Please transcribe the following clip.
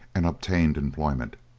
and obtained employment.